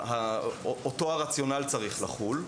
אותו הרציונל צריך לחול.